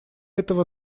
этого